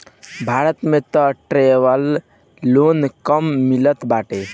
भारत में तअ traveller loan कम मिलत बाटे